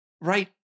right